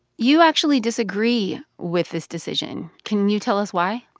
you actually disagree with this decision. can you tell us why?